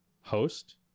host